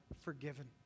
forgiven